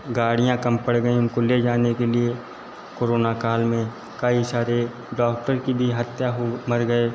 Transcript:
गाड़ियां कम पड़ गई उनको ले जाने के लिए कोरोना काल में कई सारे डॉक्टर की बी हत्या हो मर गए